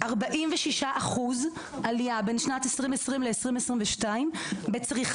בתוך